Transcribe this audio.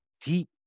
deep